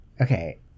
Okay